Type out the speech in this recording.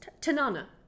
Tanana